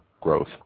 growth